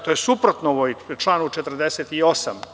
To je suprotno članu 47.